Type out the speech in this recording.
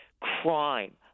crime